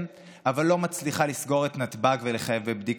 אבל לא מצליחה לסגור את נתב"ג ולחייב בבדיקות,